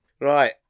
Right